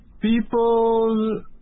people